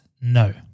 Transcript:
No